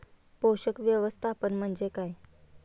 पोषक व्यवस्थापन म्हणजे काय?